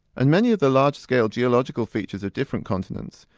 and many of the large-scale geological features of different continents,